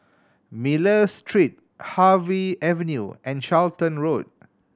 Miller Street Harvey Avenue and Charlton Road